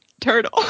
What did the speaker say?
turtle